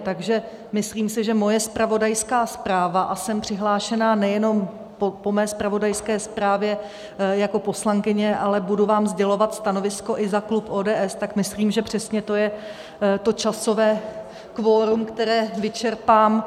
Takže si myslím, že moje zpravodajská zpráva, a jsem přihlášena nejenom po své zpravodajské zprávě jako poslankyně, ale budu vám sdělovat stanovisko i za klub ODS, tak myslím, že přesně to je to časové kvorum, které vyčerpám.